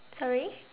sorry